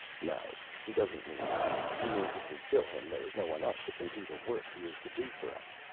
no, he doesn't mean that. he means if we kill him there is no one else that can do the work he is to do for us.